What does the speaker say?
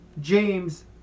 James